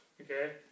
Okay